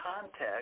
context